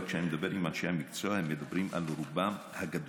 אבל כשאני מדבר עם אנשי המקצוע הם מדברים על רובם הגדול.